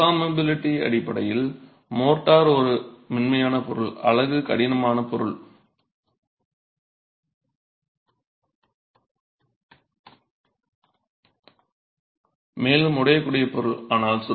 எனவே டீஃபார்மபிலிட்டி அடிப்படையில் மோர்டார் ஒரு மென்மையான பொருள் அலகு கடினமான பொருள் மேலும் உடையக்கூடிய பொருள்